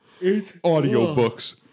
audiobooks